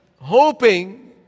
hoping